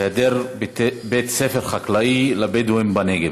היעדר בית ספר חקלאי לבדואים בנגב.